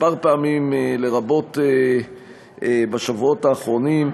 כמה פעמים, לרבות בשבועות האחרונים,